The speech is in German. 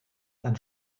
dann